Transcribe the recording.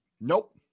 Nope